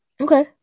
Okay